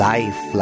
Life